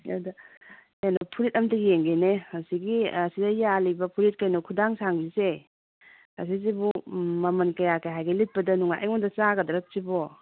ꯑꯗ ꯀꯩꯅꯣ ꯐꯨꯔꯤꯠ ꯑꯝꯇ ꯌꯦꯡꯒꯦꯅꯦ ꯍꯧꯖꯤꯛꯀꯤ ꯁꯤꯗ ꯌꯥꯜꯂꯤꯕ ꯐꯨꯔꯤꯠ ꯀꯩꯅꯣ ꯈꯨꯗꯥꯡ ꯁꯥꯡꯕꯤꯁꯦ ꯑꯁꯤꯁꯤꯕꯨ ꯃꯃꯟ ꯀꯌꯥ ꯀꯌꯥ ꯍꯥꯏꯒꯦ ꯂꯤꯠꯄꯗ ꯑꯩꯉꯣꯟꯗ ꯆꯥꯒꯗ꯭ꯔꯥ ꯁꯤꯕꯣ